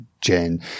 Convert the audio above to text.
Jen